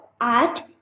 art